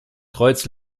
kreuz